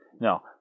No